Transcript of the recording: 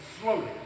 slowly